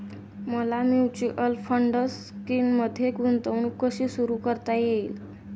मला mutual fund स्कीममध्ये गुंतवणूक कशी सुरू करता येईल?